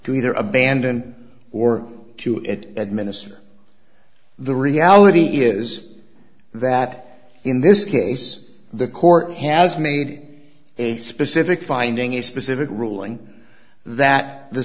to either abandon or to it administer the reality is that in this case the court has made a specific finding a specific ruling that the